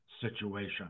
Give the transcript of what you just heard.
situation